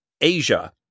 Asia